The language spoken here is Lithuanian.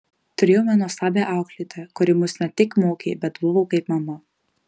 turėjome nuostabią auklėtoją kuri mus ne tik mokė bet buvo kaip mama